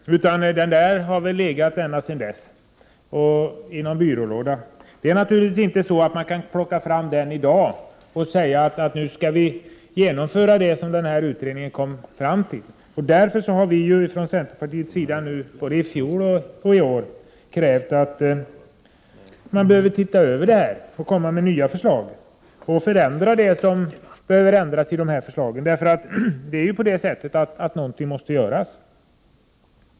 Utredningen har väl legat i någon byrålåda sedan dess. Man kan naturligtvis inte plocka fram utredningen i dag och säga att nu skall vi genomföra det som utredningen kom fram till. Därför har vi från centerns sida såväl i fjol som i år krävt att man skall se över detta område och komma med nya förslag och göra nödvändiga ändringar i förslagen. Något måste nu göras.